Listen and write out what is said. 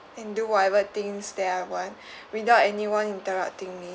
and do whatever things that I want without anyone interrupting me